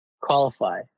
qualify